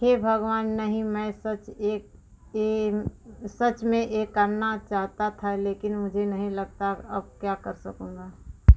हे भगवान नहीं मैं सच यह सच में यह करना चाहता था लेकिन मुझे नहीं लगता अब क्या कर सकूँगा